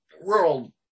rural